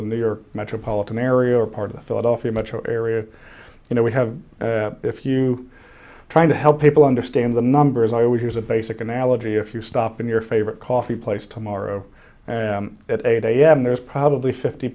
the new york metropolitan area or part of the philadelphia metro area you know we have if you are trying to help people understand the numbers i always use a basic analogy if you stop in your favorite coffee place tomorrow at eight am there's probably fifty